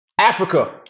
Africa